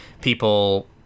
people